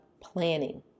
planning